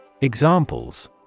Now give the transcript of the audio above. Examples